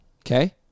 Okay